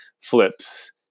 flips